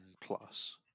plus